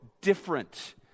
Different